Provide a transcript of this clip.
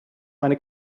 meine